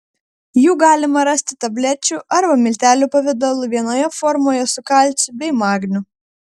jų galima rasti tablečių arba miltelių pavidalu vienoje formoje su kalciu bei magniu